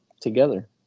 together